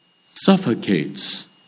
suffocates